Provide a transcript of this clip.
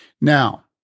Now